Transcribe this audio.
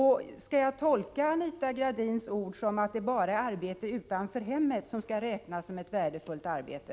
Skall jag tolka Anita Gradins ord så, att det bara är arbete utanför hemmet som skall räknas som ett värdefullt arbete?